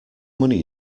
money